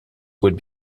would